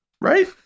Right